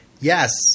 Yes